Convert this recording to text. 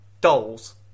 dolls